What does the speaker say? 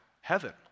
heaven